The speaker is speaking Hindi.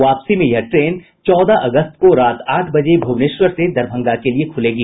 वापसी में यह ट्रेन चौदह अगस्त को रात आठ बजे भुवनेश्वर से दरभंगा के लिए खुलेगी